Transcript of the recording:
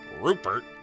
Rupert